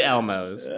Elmos